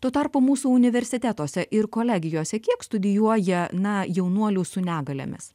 tuo tarpu mūsų universitetuose ir kolegijose kiek studijuoja na jaunuolių su negalėmis